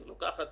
היא לוקחת